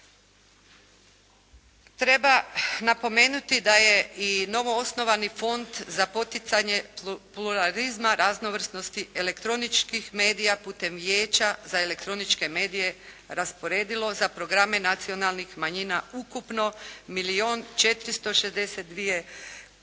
Treba napomenuti da je i novoosnovani fond za poticanje pluralizma, raznovrsnosti, elektroničkih medija putem Vijeća za elektroničke medije rasporedilo za programe nacionalnih manjina, ukupno milijun